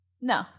No